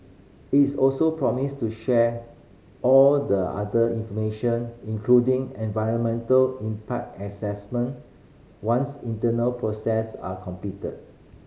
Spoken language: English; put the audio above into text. it is also promised to share all the other information including environmental impact assessment once internal process are completed